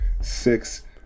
six